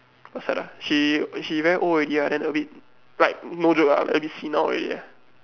quite sad ah she she very old already ah then a bit right no joke ah a bit senile ready